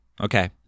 okay